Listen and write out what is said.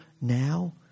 now